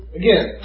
again